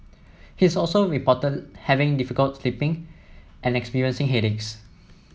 he's also reported having difficulty sleeping and experiencing headaches